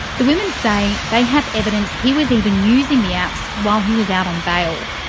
the women say they have evidence he was even using the apps while he was out on bail.